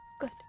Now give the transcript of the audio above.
good